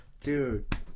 Dude